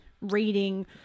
reading